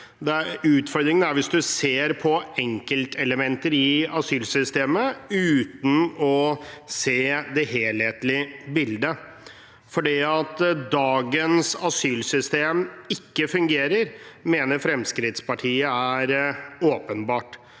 utfordringen er om en ser på enkeltelementer i asylsystemet uten å se det helhetlige bildet. Det at dagens asylsystem ikke fungerer, mener Fremskrittspartiet er åpenbart.